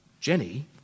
Jenny